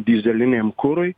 dyzeliniam kurui